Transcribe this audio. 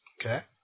Okay